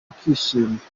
akishima